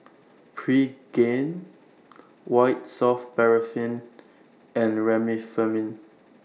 Pregain White Soft Paraffin and Remifemin